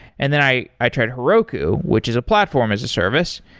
and then i i tried heroku, which is a platform as a service,